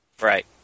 Right